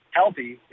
healthy